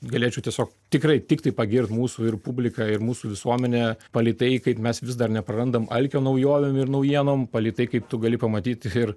galėčiau tiesiog tikrai tiktai pagirt mūsų ir publiką ir mūsų visuomenę palei tai kaip mes vis dar neprarandam alkio naujovėm ir naujienom palei tai kaip tu gali pamatyt ir